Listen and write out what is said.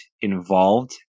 involved